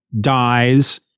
dies